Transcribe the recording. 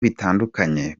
bitandukanye